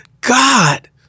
God